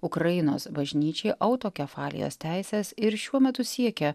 ukrainos bažnyčiai autokefalijos teises ir šiuo metu siekia